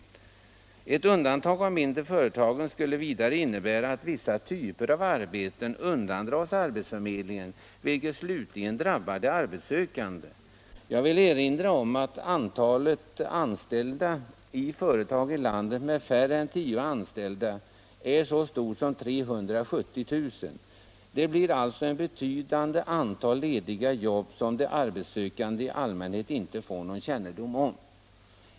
2 april 1976 Ett undantagande av de mindre företagen skulle vidare innebära att vissa typer av arbeten undandras arbetsförmedlingen, vilket slutligen - Obligatorisk drabbar de arbetssökande. Jag vill erinra om att antalet personer i företag — platsanmälan till i landet med färre än tio anställda är så stort som 370 000. Det blir alltså — den offentliga ett betydande antal lediga jobb som de arbetssökande i allmänhet inte = arbetsförmedlingen, skulle få någon kännedom om.m.m.